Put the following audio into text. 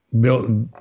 built